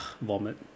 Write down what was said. vomit